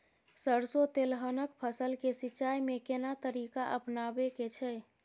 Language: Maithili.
सरसो तेलहनक फसल के सिंचाई में केना तरीका अपनाबे के छै?